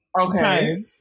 Okay